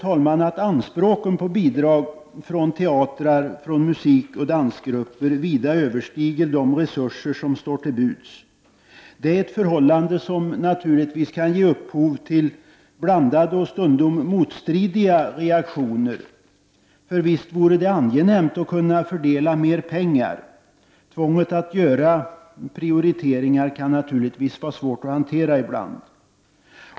Anspråken på bidrag från teatrar, musikoch dansgrupper överstiger vida de resurser som står till buds. Det är ett förhållande som naturligtvis kan ge upphov till blandade och stundom motstridiga reaktioner. Visst vore det angenämt att kunna fördela mera pengar — tvånget att göra prioriteringar kan naturligtvis vara svårt att hantera ibland.